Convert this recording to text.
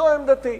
זו עמדתי.